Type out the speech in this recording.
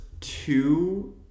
two